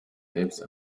selbst